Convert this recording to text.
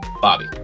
Bobby